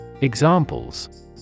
Examples